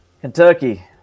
Kentucky